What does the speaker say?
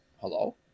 Hello